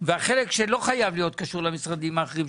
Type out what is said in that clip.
והחלק שלא חייב להיות קשור למשרדים האחרים,